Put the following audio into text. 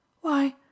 Why